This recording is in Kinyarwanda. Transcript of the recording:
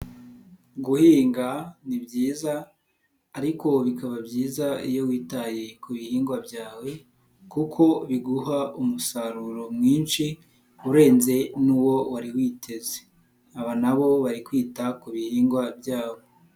Guhinga nibyiza ariko bikaba byiza iyo witaye ku bihingwa byawe kuko biguha umusaruro mwinshi urenze uwo wari witeze, aba nabo bari kwita ku bihingwa byabo.